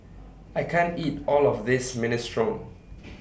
I can't eat All of This Minestrone